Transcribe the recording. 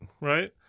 Right